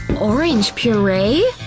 orange puree?